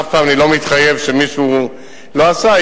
אבל אף פעם אני לא מתחייב שמישהו לא עשה.